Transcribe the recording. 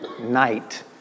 night